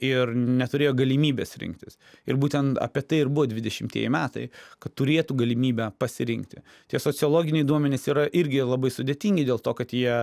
ir neturėjo galimybės rinktis ir būten apie tai ir buvo dvidešimtieji metai kad turėtų galimybę pasirinkti tie sociologiniai duomenys yra irgi labai sudėtingi dėl to kad jie